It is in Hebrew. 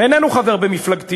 איננו חבר במפלגתי,